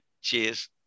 Cheers